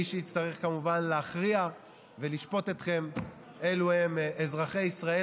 מי שיצטרך כמובן להכריע ולשפוט אתכם אלו הם אזרחי ישראל,